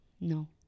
No